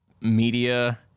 media